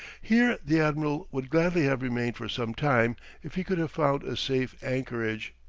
here the admiral would gladly have remained for some time if he could have found a safe anchorage.